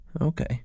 Okay